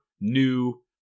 new